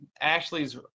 Ashley's